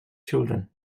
children